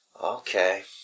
Okay